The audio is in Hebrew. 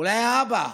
אולי האבא,